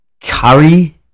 Curry